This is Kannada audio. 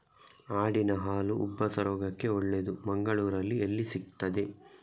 ಆಡಿನ ಹಾಲು ಉಬ್ಬಸ ರೋಗಕ್ಕೆ ಒಳ್ಳೆದು, ಮಂಗಳ್ಳೂರಲ್ಲಿ ಎಲ್ಲಿ ಸಿಕ್ತಾದೆ?